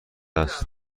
است